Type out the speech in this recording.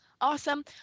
awesome